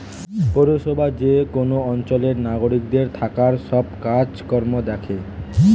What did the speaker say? পৌরসভা যে কোন অঞ্চলের নাগরিকদের থাকার সব কাজ কর্ম দ্যাখে